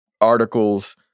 articles